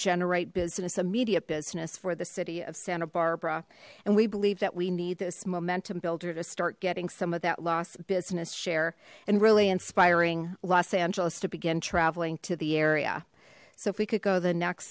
generate business a media business for the city of santa barbara and we believe that we need this momentum builder to start getting some of that lost business share and really inspiring los angeles to begin traveling to the area so if we could go the next